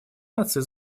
наций